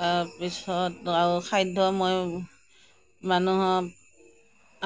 তাৰপিছত আৰু খাদ্য মই মানুহৰ